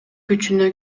күчүнө